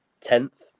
tenth